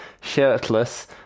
shirtless